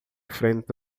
frente